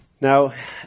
Now